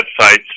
websites